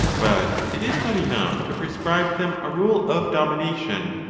but it is not enough to prescribe them a rule of domination,